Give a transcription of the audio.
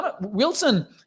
Wilson